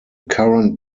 current